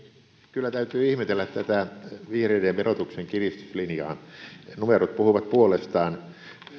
kyllä täytyy ihmetellä tätä vihreiden verotuksen kiristyslinjaa numerot puhuvat puolestaan